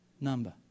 number